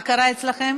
מה קרה אצלכם?